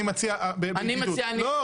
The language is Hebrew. אני מציע בכנות --- אני מציעה --- לא.